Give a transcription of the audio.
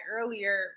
earlier